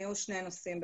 היו שני נושאים,